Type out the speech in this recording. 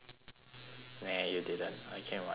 nah you didn't I came on my own free will